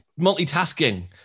multitasking